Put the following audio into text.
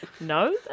No